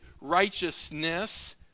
righteousness